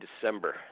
December